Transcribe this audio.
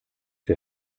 der